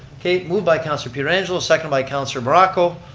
okay, moved by councilor pietrangelo, seconded by councilor morocco.